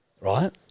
right